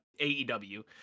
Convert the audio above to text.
AEW